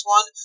One